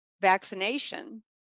vaccination